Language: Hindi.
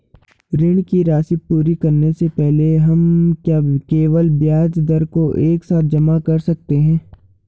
ऋण की राशि पूरी करने से पहले हम क्या केवल ब्याज दर को एक साथ जमा कर सकते हैं?